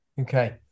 Okay